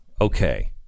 Okay